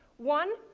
one,